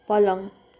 पलङ